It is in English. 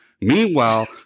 Meanwhile